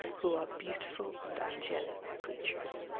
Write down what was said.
who are beautiful and angelic creatures.